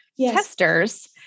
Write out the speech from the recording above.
testers